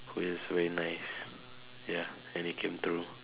who is very nice ya and it came true